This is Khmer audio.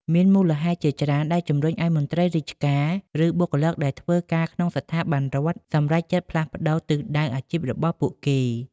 មានមូលហេតុជាច្រើន ដែលជំរុញឱ្យមន្ត្រីរាជការ ឬបុគ្គលិកដែលធ្វើការក្នុងស្ថាប័នរដ្ឋ សម្រេចចិត្តផ្លាស់ប្តូរទិសដៅអាជីពរបស់ពួកគេ។